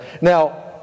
Now